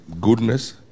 goodness